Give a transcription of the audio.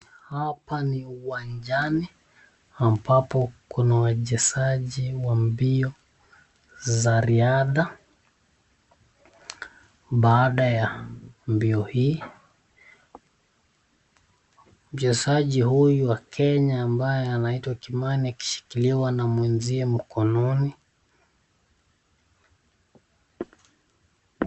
Hapa ni uwanjani ambapo kuna wachezaji wa mbio za riadha. Baada ya mbio hii mchezaji huyu wa Kenya ambaye anaitwa Kimani akishikiliwa na mwenziye mkononi.